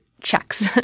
checks